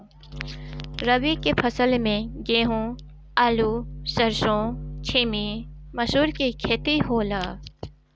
रबी के फसल में गेंहू, आलू, सरसों, छीमी, मसूर के खेती होला